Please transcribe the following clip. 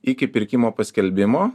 iki pirkimo paskelbimo